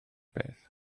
beth